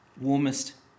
warmest